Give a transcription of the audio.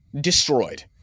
destroyed